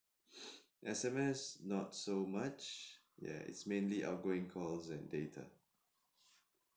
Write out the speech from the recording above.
S_M_S not so much ya it's mainly outgoing calls and data